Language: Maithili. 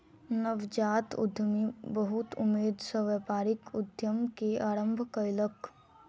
नवजात उद्यमी बहुत उमेद सॅ व्यापारिक उद्यम के आरम्भ कयलक